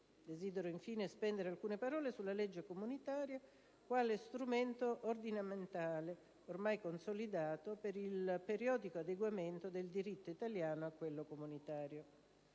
Desidero, infine, spendere alcune parole sulla legge comunitaria quale strumento ordinamentale ormai consolidato per il periodico adeguamento del diritto italiano a quello comunitario.